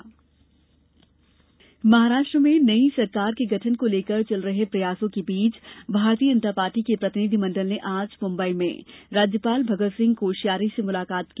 महाराष्ट्र महाराष्ट्र में नई सरकार के गठन को लेकर चल रहे प्रयासों के बीच भारतीय जनता पार्टी के प्रतिनिधि मंडल ने आज मुम्बई में राज्यपाल भगत सिंह कोशयारी से मुलाकात की